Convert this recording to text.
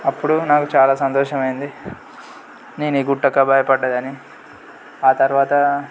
అప్పుడు నాకు చాలా సంతోషం అయింది నేను ఈ గుట్టకా భయపడ్డదని ఆ తరువాత